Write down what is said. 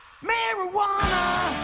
marijuana